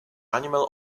animal